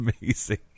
amazing